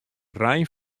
rein